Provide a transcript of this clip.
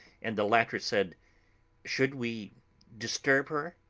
and the latter said should we disturb her?